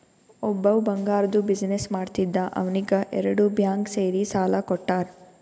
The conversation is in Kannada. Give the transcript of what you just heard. ಒಬ್ಬವ್ ಬಂಗಾರ್ದು ಬಿಸಿನ್ನೆಸ್ ಮಾಡ್ತಿದ್ದ ಅವ್ನಿಗ ಎರಡು ಬ್ಯಾಂಕ್ ಸೇರಿ ಸಾಲಾ ಕೊಟ್ಟಾರ್